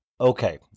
Okay